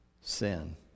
sin